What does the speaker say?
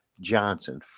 johnson